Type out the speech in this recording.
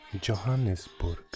Johannesburg